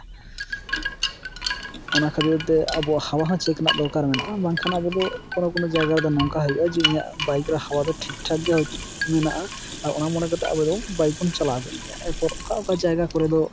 ᱚᱱᱟ ᱠᱷᱟᱹᱛᱤᱨ ᱛᱮ ᱟᱵᱚ ᱦᱟᱣᱟ ᱦᱚᱸ ᱪᱮᱠ ᱨᱮᱱᱟᱜ ᱫᱚᱨᱠᱟᱨ ᱢᱮᱱᱟᱜᱼᱟ ᱵᱟᱝᱠᱷᱟᱱ ᱟᱵᱚ ᱫᱚ ᱠᱳᱱᱳ ᱠᱳᱱᱳ ᱡᱟᱭᱜᱟ ᱨᱮ ᱱᱚᱝᱠᱟ ᱦᱚᱸ ᱦᱩᱭᱩᱜᱼᱟ ᱡᱮ ᱤᱧᱟᱹᱜ ᱵᱟᱭᱤᱠ ᱨᱮ ᱦᱟᱣᱟ ᱫᱚ ᱴᱷᱤᱠᱼᱴᱷᱟᱠ ᱜᱮ ᱦᱳᱭᱛᱳ ᱢᱮᱱᱟᱜᱼᱟ ᱟᱨ ᱚᱱᱟ ᱢᱚᱱᱮ ᱠᱟᱛᱮ ᱵᱟᱚ ᱫᱚ ᱵᱟᱭᱤᱠ ᱵᱚᱱ ᱪᱟᱞᱟᱣ ᱠᱮᱫ ᱜᱮᱭᱟ ᱮᱨᱯᱚᱨ ᱚᱠᱟ ᱚᱠᱟ ᱡᱟᱭᱜᱟ ᱠᱚᱨᱮ ᱫᱚ